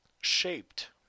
shaped